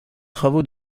travaux